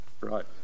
right